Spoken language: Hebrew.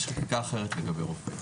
יש חקיקה אחרת לגבי רופאים,